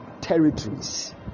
territories